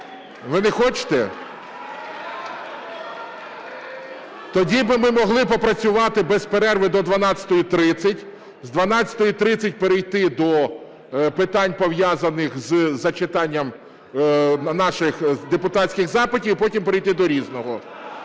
Ви не хочете? Тоді би ми могли попрацювати без перерви до 12:30, з 12:30 перейти до питань, пов'язаних із зачитанням наших депутатських запитів, і потім перейти до "Різного".